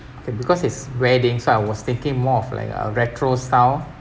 okay because it's wedding so I was thinking more of like a retro style